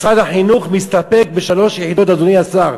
משרד החינוך מסתפק בשלוש יחידות, אדוני השר.